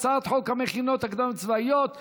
הצעת חוק המכינות הקדם-צבאיות (תיקון),